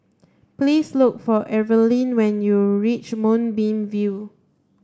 please look for Eveline when you reach Moonbeam View